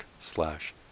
slash